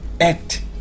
act